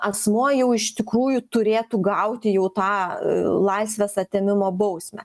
asmuo jau iš tikrųjų turėtų gauti jau tą laisvės atėmimo bausmę